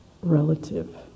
relative